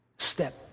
Step